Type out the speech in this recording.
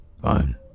Fine